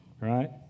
right